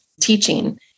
teaching